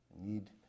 need